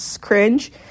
cringe